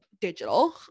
digital